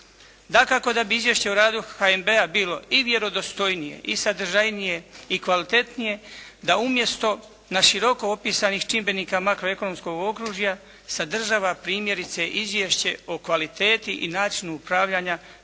Dakako da bi izvješće o radu HNB-a bilo i vjerodostojnije i sadržajnije i kvalitetnije da umjesto na široko opisanih čimbenika makroekonomskog okružja sadržava primjerice izvješće o kvaliteti i načinu upravljanja